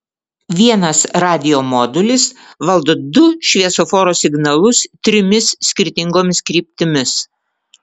vienas radijo modulis valdo du šviesoforo signalus trimis skirtingomis kryptimis